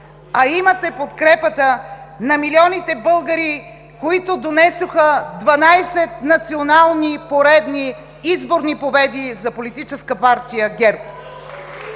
а имате подкрепата на милионите българи, които донесоха 12 национални поредни изборни победи за Политическа партия ГЕРБ!